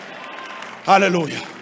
hallelujah